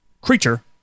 creature